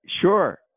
sure